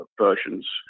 versions